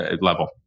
level